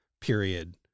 period